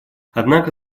однако